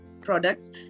products